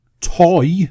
toy